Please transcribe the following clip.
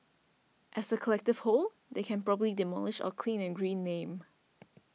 as a collective whole they can probably demolish our clean and green name